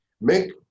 Make